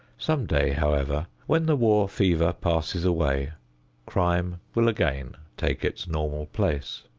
some day, however, when the war fever passes away crime will again take its normal place.